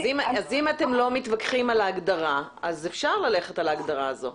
אז אם אתם לא מתווכחים על ההגדרה אז אפשר ללכת על ההגדרה הזו.